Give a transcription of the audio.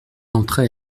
entre